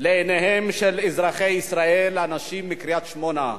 בעיניהם של אזרחי ישראל, האנשים בקריית-שמונה.